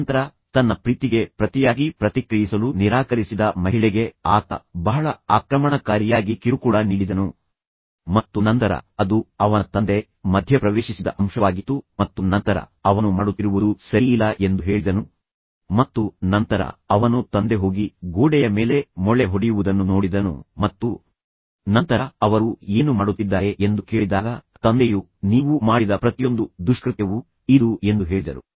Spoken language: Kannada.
ತದನಂತರ ತನ್ನ ಪ್ರೀತಿಗೆ ಪ್ರತಿಯಾಗಿ ಪ್ರತಿಕ್ರಿಯಿಸಲು ನಿರಾಕರಿಸಿದ ಮಹಿಳೆಗೆ ಆತ ಬಹಳ ಆಕ್ರಮಣಕಾರಿಯಾಗಿ ಕಿರುಕುಳ ನೀಡಿದನು ಮತ್ತು ನಂತರ ಅದು ಅವನ ತಂದೆ ಮಧ್ಯಪ್ರವೇಶಿಸಿದ ಅಂಶವಾಗಿತ್ತು ಮತ್ತು ನಂತರ ಅವನು ಮಾಡುತ್ತಿರುವುದು ಸರಿಯಿಲ್ಲ ಎಂದು ಹೇಳಿದನು ಮತ್ತು ನಂತರ ಅವನು ತಂದೆ ಹೋಗಿ ಗೋಡೆಯ ಮೇಲೆ ಮೊಳೆ ಹೊಡೆಯುವುದನ್ನು ನೋಡಿದನು ಮತ್ತು ನಂತರ ಅವರು ಏನು ಮಾಡುತ್ತಿದ್ದಾರೆ ಎಂದು ಕೇಳಿದಾಗ ತಂದೆಯು ನೀವು ಮಾಡಿದ ಪ್ರತಿಯೊಂದು ದುಷ್ಕೃತ್ಯವೂ ಇದು ಎಂದು ಹೇಳಿದರು